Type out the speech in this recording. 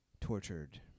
tortured